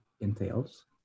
entails